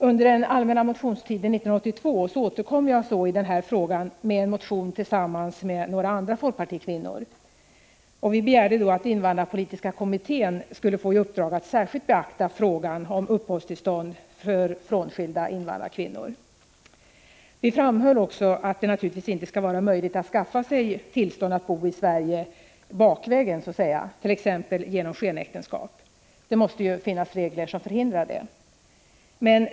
Under den allmänna motionstiden 1982 återkom jag till frågan i en motion tillsammans med några andra folkpartikvinnor. Vi begärde då att invandrarpolitiska kommittén skulle få i uppdrag att särskilt beakta frågan om uppehållstillstånd för frånskilda invandrarkvinnor. Vi framhöll också att det naturligtvis inte skall vara möjligt att skaffa sig tillstånd att bo i Sverige så att säga bakvägen, t.ex. genom skenäktenskap. Det måste självfallet finnas regler som förhindrar sådant.